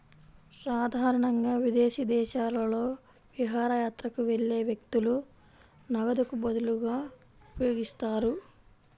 సాధారణంగా విదేశీ దేశాలలో విహారయాత్రకు వెళ్లే వ్యక్తులు నగదుకు బదులుగా ఉపయోగిస్తారు